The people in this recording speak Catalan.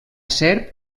serp